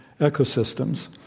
ecosystems